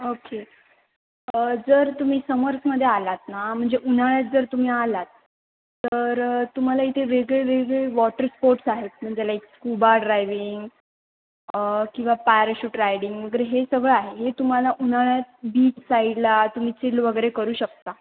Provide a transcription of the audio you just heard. okay जर तुम्ही समर्समध्ये आलात ना म्हणजे उन्हाळ्यात जर तुम्ही आलात तर तुम्हाला इथे वेगळे वेगळे वॉटर स्पोट्स आहेत म्हणजे लाईक स्कूबा ड्रायविंग किंवा पॅराशूट रायडिंग वगैरे हे सगळं आहे हे तुम्हाला उन्हाळ्यात बीच साईडला तुम्ही चिल वगैरे करू शकता